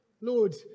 Lord